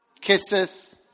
kisses